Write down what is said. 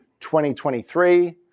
2023